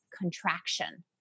contraction